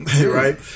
Right